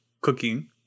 cooking